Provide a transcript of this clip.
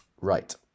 Right